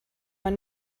man